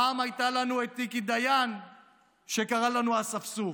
פעם הייתה לנו תיקי דיין שקראה לנו אספסוף,